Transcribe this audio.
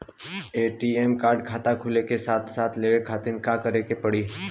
ATM card खाता खुले के साथे साथ लेवे खातिर का करे के पड़ी?